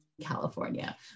California